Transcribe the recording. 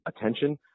attention